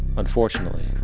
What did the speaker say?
unfortunately,